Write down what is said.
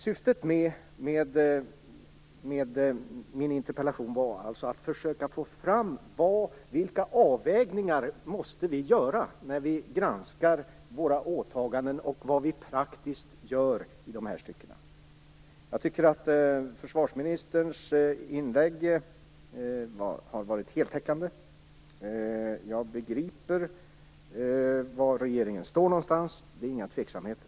Syftet med min interpellation var att försöka få fram vilka avvägningar vi måste göra när vi granskar våra åtaganden och vad vi praktiskt gör i de här styckena. Jag tycker att försvarsministerns inlägg har varit heltäckande, och jag begriper var regeringen står någonstans. Det finns inga tveksamheter.